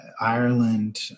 Ireland